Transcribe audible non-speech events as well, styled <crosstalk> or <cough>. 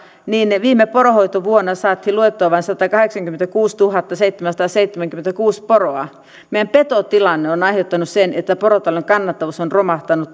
niin viime poronhoitovuonna saatiin luettua vain satakahdeksankymmentäkuusituhattaseitsemänsataaseitsemänkymmentäkuusi poroa meidän petotilanne on on aiheuttanut sen että porotalouden kannattavuus on romahtanut <unintelligible>